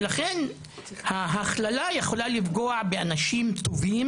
ולכן ההכללה יכולה לפגוע באנשים טובים,